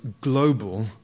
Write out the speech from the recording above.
global